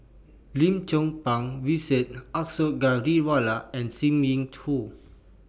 Lim Chong Pang Vijesh Ashok Ghariwala and SIM Yin two